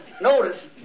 Notice